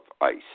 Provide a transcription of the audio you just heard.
ICE